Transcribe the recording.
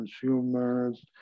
consumers